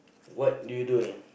what do you doing